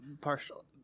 partial